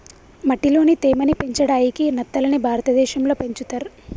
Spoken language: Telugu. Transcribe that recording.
మట్టిలోని తేమ ని పెంచడాయికి నత్తలని భారతదేశం లో పెంచుతర్